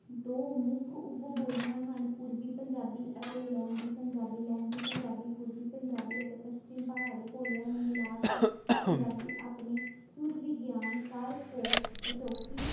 ਦੋ ਮੁੱਖ ਉਪਬੋਲੀਆਂ ਹਨ ਪੂਰਵੀ ਪੰਜਾਬੀ ਅਤੇ ਲਹਿੰਦੀ ਪੰਜਾਬੀ ਲਹਿੰਦੀ ਪੰਜਾਬੀ ਪੂਰਵੀ ਪੰਜਾਬੀ ਅਤੇ ਪਸ਼ਚਿਮ ਪਹਾੜੀ ਭੋਲਿਆਂ ਨੂੰ ਮਿਲਾ ਕੇ ਪੰਜਾਬੀ ਆਪਣੇ ਸੁਰਬੀ ਗਿਆਨ ਕਰ ਕੋ ਅਜੋਕੀ